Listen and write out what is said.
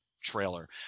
trailer